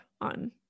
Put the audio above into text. on